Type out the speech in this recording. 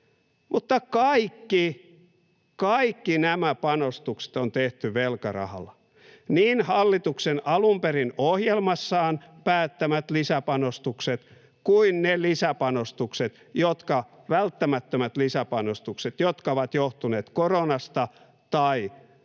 Mutta kaikki nämä panostukset on tehty velkarahalla, niin hallituksen alun perin ohjelmassaan päättämät lisäpanostukset kuin ne välttämättömät lisäpanostukset, jotka ovat johtuneet koronasta tai Venäjän